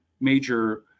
major